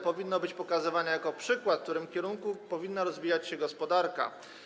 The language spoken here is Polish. Powinno być pokazywane jako przykład, w którym kierunku powinna rozwijać się gospodarka.